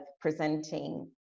presenting